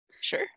sure